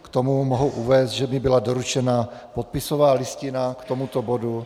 K tomu mohu uvést, že mi byla doručena podpisová listina k tomuto bodu.